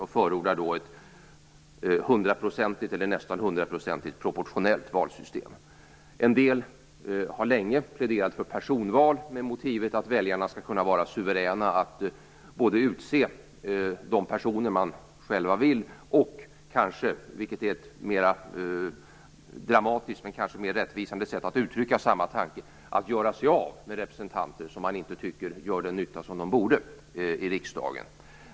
Då förordas ett nästan hundraprocentigt proportionellt valsystem. En del har länge pläderat för personval med motivet att väljarna skall vara suveräna att både utse de personer de själva vill och kanske - ett mer dramatiskt men mer rättvisande sätt att uttrycka samma tanke - göra sig av med de representanter som inte gör den nytta de borde i riksdagen.